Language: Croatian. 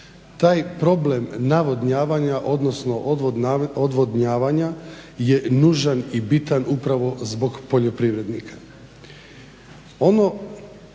Taj problem navodnjavanja odnosno odvodnjavanja je nužan i bitan upravo zbog poljoprivrednika.